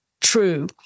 true